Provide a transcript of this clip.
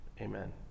Amen